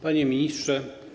Panie Ministrze!